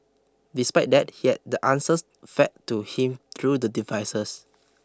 despite that he had the answers fed to him through the devices